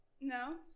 No